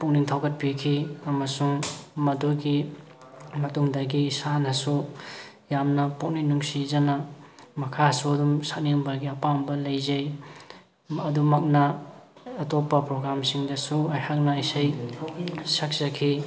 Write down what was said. ꯄꯨꯛꯅꯤꯡ ꯊꯧꯒꯠꯄꯤꯈꯤ ꯑꯃꯁꯨꯡ ꯃꯗꯨꯒꯤ ꯃꯇꯨꯡꯗꯒꯤ ꯏꯁꯥꯅꯁꯨ ꯌꯥꯝꯅ ꯄꯨꯛꯅꯤꯡ ꯅꯨꯡꯁꯤꯖꯅ ꯃꯈꯥꯁꯨ ꯑꯗꯨꯝ ꯁꯛꯅꯤꯡꯕꯒꯤ ꯑꯄꯥꯝꯕ ꯂꯩꯖꯩ ꯑꯗꯨꯃꯛꯅ ꯑꯇꯣꯞꯄ ꯄ꯭ꯔꯣꯒꯥꯝꯁꯤꯡꯗꯁꯨ ꯑꯩꯍꯥꯛꯅ ꯏꯁꯩ ꯁꯛꯆꯈꯤ